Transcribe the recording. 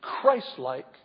Christ-like